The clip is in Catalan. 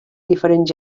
diferents